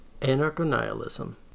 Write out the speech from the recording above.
Anarcho-Nihilism